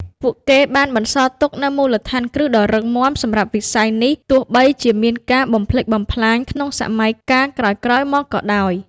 ពួកគឹបានបន្សល់ទុកនូវមូលដ្ឋានគ្រឹះដ៏រឹងមាំសម្រាប់វិស័យនេះ ទោះបីជាមានការបំផ្លិចបំផ្លាញក្នុងសម័យកាលក្រោយៗមកក៏ដោយ។